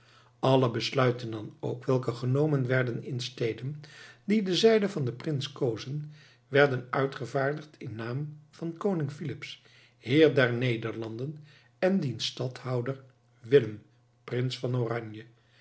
alle besluiten dan ook welke genomen werden in steden die de zijde van den prins kozen werden uitgevaardigd in naam van koning filips heer der nederlanden en diens stadhouder willem prins van oranje